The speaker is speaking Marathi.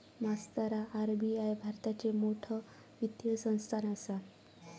मास्तरा आर.बी.आई भारताची मोठ वित्तीय संस्थान आसा